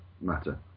matter